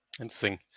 Interesting